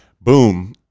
boom